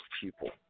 people